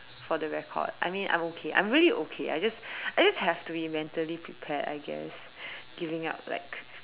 for the record I mean I'm okay I'm really okay I just I just have to be mentally prepared I guess giving up like